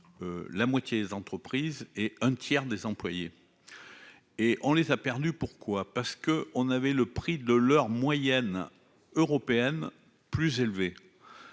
la moitié des entreprises et un tiers des employés et on les a perdus, pourquoi, parce que, on avait le prix de leur moyenne européenne plus élevé